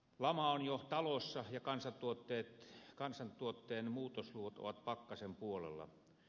lama on jo talossa ja kansantuotteen muutosluvut ovat pakkasen puolella